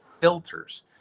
filters